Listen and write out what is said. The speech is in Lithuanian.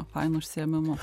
fainu užsiėmimu